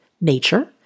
nature